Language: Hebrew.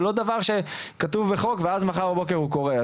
זה לא דבר שכתוב בחוק ואז מחר בבוקר הוא קורה,